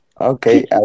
Okay